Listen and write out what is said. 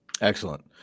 Excellent